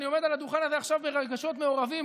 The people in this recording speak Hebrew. אני עומד על הדוכן עכשיו ברגשות מעורבים.